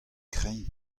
kreñv